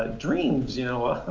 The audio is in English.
ah dreams, you know, a